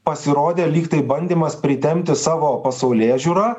pasirodė lyg tai bandymas pritempti savo pasaulėžiūrą